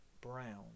Brown